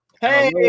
Hey